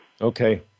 okay